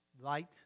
Light